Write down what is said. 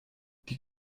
die